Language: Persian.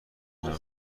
کنم